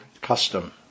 custom